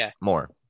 more